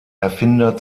erfinder